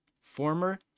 former